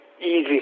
easy